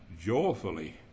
joyfully